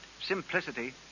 simplicity